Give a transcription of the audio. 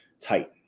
tight